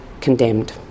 condemned